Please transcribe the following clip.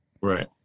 Right